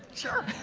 sure.